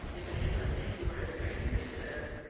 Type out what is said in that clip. if i did not think you were a stranger, sir,